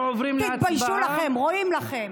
תתביישו לכם, רואים לכם.